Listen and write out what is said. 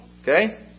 Okay